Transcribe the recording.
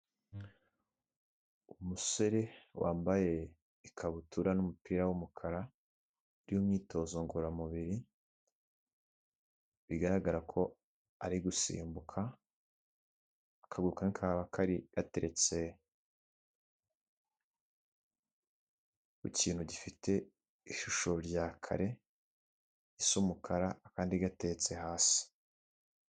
Umusore wambaye ikabutura n'umupira w'umukara by'imyitozo ngororamubiri bigaragara ko ari gusimbuka, akaguru kamwe kakaba gateretse ku kintu gifite ishusho rya kare isa umukara, akandi gatetse hasi.